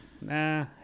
nah